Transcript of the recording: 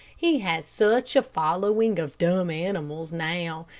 he has such a following of dumb animals now,